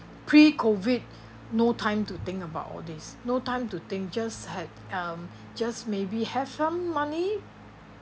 pre COVID no time to think about all this no time to think just had um just maybe have some money